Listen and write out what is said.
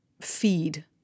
feed